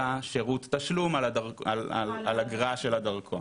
אלא שירות תשלום על אגרה של הדרכון.